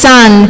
Son